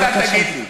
אם אתה תגיד לי,